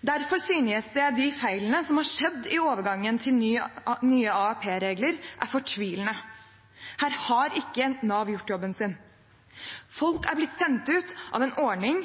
Derfor synes jeg de feilene som har skjedd i overgangen til nye AAP-regler, er fortvilende. Her har ikke Nav gjort jobben sin. Folk er blitt sendt ut av en ordning